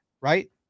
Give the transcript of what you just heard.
Right